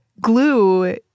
glue